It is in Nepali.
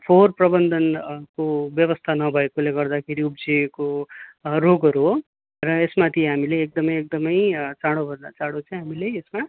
फोहर प्रबन्धनको व्यवस्था नभएकोले गर्दाखेरि उब्जिएको रोगहरू हो र यस माथि हामीले एकदमै एकदमै चाँडो भन्दा चाँडो हामीले चाहिँ यसमा